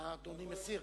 אדוני מסיר?